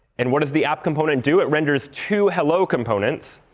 and what does the app component do? it renders two hello components.